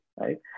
right